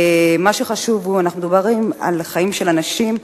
מה שחשוב הוא, אנחנו מדברים על חיים של אנשים.